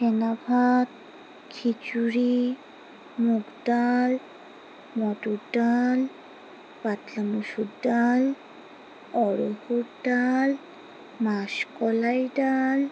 ফেনা ভাত খিচুড়ি মুগ ডাল মটর ডাল পাতলা মুসুর ডাল অড়হর ডাল মাসকলাই ডাল